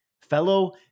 Fellow